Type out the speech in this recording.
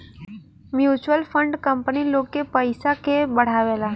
mutual fund company लोग के पयिसा के बढ़ावेला